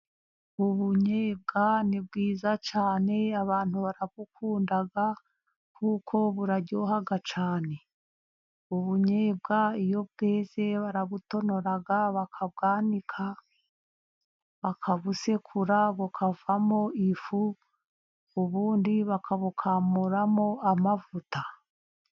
Ubunyobwa ni bwiza cyane, abantu barabukunda, kuko buraryoha cyane. Ubunyobwa iyo bweze barabutonora bakabwaika bakabusekura bukavamo ifu, ubundi bakabukamuramo amavuta.